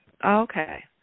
Okay